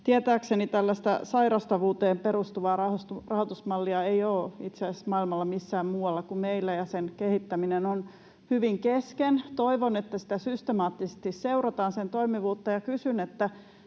Tietääkseni tällaista sairastavuuteen perustuvaa rahoitusmallia ei itse asiassa ole maailmalla missään muualla kuin meillä, ja sen kehittäminen on hyvin kesken. Toivon, että systemaattisesti seurataan sen toimivuutta. Ja kysyn,